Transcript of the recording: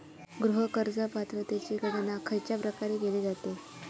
गृह कर्ज पात्रतेची गणना खयच्या प्रकारे केली जाते?